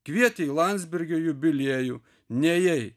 kvietė į landsbergio jubiliejų nėjai